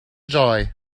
joy